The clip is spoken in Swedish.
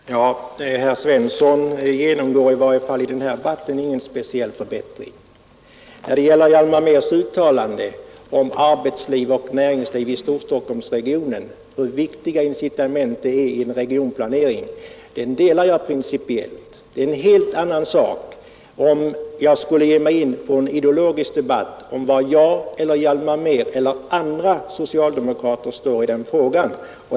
Fru talman! Herr Svensson i Malmö genomgår i varje fall i den här debatten ingen speciell förbättring. När det gäller Hjalmar Mehrs uttalande om arbetsliv och näringsliv i Storstockholmsregionen och hur viktiga incitament de är i en regionplanering, så delar jag principiellt denna uppfattning. Det är en helt annan sak om jag skulle ge mig in på en ideologisk debatt om var jag eller Hjalmar Mehr eller andra socialdemokrater står i den frågan.